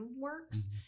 works